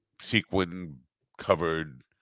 sequin-covered